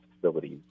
facilities